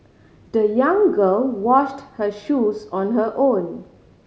the young girl washed her shoes on her own